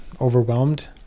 overwhelmed